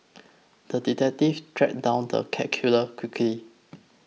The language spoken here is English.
the detective tracked down the cat killer quickly